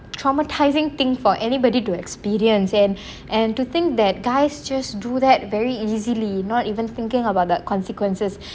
traumatising thing for anybody to experience and and to think that guys just do that very easily not even thinking about the consequences